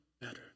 better